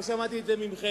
לא שמעתי את זה מכם,